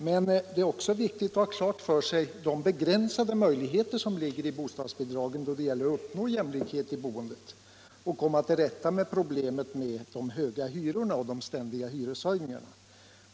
Men det är också viktigt att ha klart för sig vilka begränsningar som gäller för bostadsbidragen som medel att uppnå jämlikhet i boendet och komma till rätta med de höga hyrorna och de ständiga hyreshöjningarna.